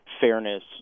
fairness